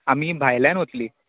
आमी भायल्यान वतली